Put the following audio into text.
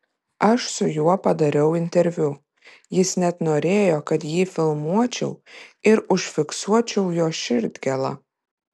aš su juo padariau interviu jis net norėjo kad jį filmuočiau ir užfiksuočiau jo širdgėlą